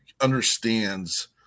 understands